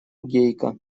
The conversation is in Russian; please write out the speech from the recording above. гейка